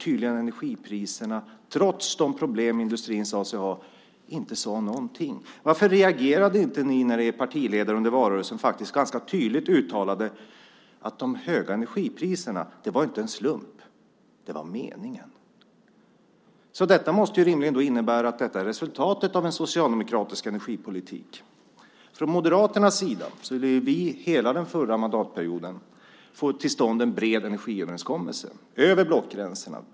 Tidigare sade ni ju ingenting trots de problem industrin sade sig ha. Varför reagerade ni inte när er partiledare under valrörelsen ganska tydligt uttalade att de höga energipriserna inte var en slump utan faktiskt meningen? Detta måste rimligen innebära att det vi nu ser är resultatet av en socialdemokratisk energipolitik. Vi moderater ville under hela förra mandatperioden få till stånd en bred energiöverenskommelse över blockgränserna.